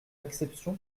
exception